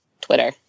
Twitter